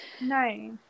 no